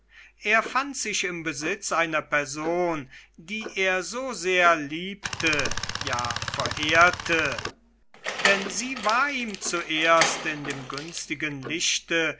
er fand sich im besitz einer person die er so sehr liebte ja verehrte denn sie war ihm zuerst in dem günstigen lichte